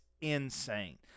insane